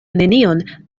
nenion